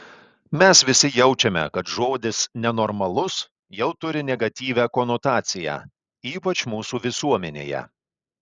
mes visi jaučiame kad žodis nenormalus jau turi negatyvią konotaciją ypač mūsų visuomenėje